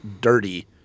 dirty